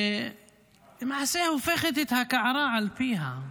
שלמעשה הופכת את הקערה על פיה.